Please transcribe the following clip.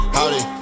Howdy